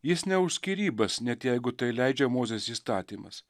jis ne už skyrybas net jeigu tai leidžia mozės įstatymas